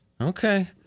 Okay